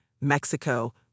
Mexico